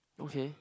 okay